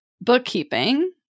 bookkeeping